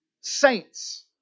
saints